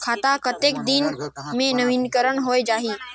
खाता कतेक दिन मे नवीनीकरण होए जाहि??